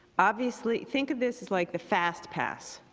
obviously think of this as like the fast pass.